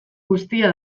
guztia